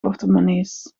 portemonnees